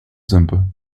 simple